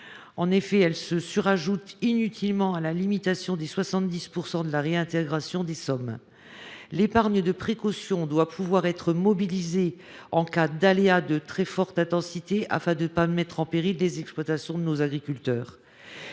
Ce seuil se surajoute inutilement à la limitation à 70 % de la réintégration des sommes. L’épargne de précaution doit pouvoir être mobilisée en cas d’aléa de très forte intensité afin de ne pas mettre en péril les exploitations de nos agriculteurs.